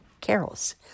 carols